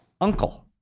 uncle